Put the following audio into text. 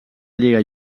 lliga